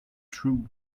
true